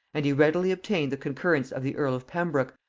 and he readily obtained the concurrence of the earl of pembroke,